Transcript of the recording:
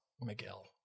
Miguel